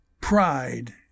pride